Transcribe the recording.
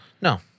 no